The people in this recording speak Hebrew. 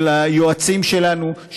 ליועצים שלנו,